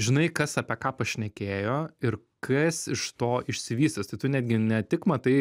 žinai kas apie ką pašnekėjo ir kas iš to išsivystys tai tu netgi ne tik matai